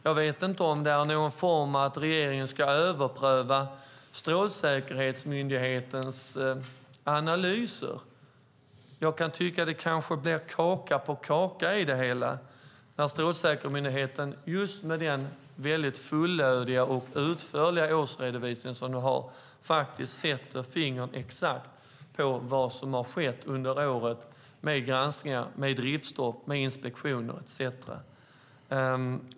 Jag vet inte om regeringen ska överpröva Strålsäkerhetsmyndighetens analyser. Det blir kanske kaka på kaka när Strålsäkerhetsmyndigheten med sin fullödiga och utförliga årsredovisning sätter fingret exakt på vad som har skett under året med granskningar, driftstopp, med inspektioner etcetera.